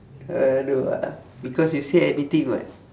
uh no ah because you say anything what